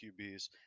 QBs